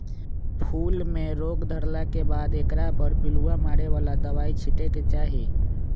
फूल में रोग धरला के बाद एकरा पर पिलुआ मारे बला दवाइ छिटे के चाही